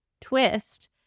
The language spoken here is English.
twist